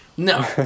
No